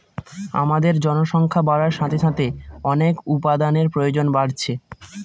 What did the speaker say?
আমাদের জনসংখ্যা বাড়ার সাথে সাথে অনেক উপাদানের প্রয়োজন বাড়ছে